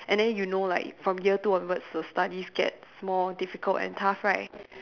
and then you know like from year two onwards the studies gets more difficult and tough right